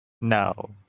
No